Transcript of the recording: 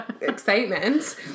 excitement